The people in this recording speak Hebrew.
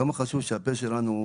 כמה חשוב שהפה שלנו,